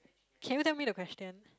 can you tell me the question